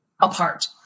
apart